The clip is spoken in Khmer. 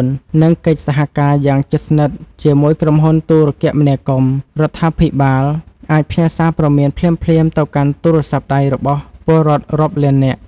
៤ និងកិច្ចសហការយ៉ាងជិតស្និទ្ធជាមួយក្រុមហ៊ុនទូរគមនាគមន៍ រដ្ឋាភិបាលអាចផ្ញើសារព្រមានភ្លាមៗទៅកាន់ទូរស័ព្ទដៃរបស់ពលរដ្ឋរាប់លាននាក់។